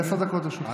עשר דקות לרשותך.